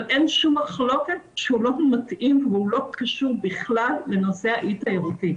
אבל אין שום מחלוקת שהוא לא מתאים והוא לא קשור בכלל לנושא האי תיירותי.